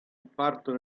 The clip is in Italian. partono